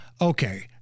okay